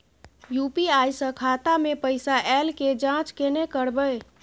UPI स खाता मे पैसा ऐल के जाँच केने करबै?